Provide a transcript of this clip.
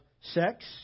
sex